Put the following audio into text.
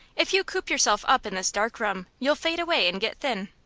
if you coop yourself up in this dark room, you'll fade away and get thin.